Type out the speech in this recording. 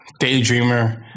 Daydreamer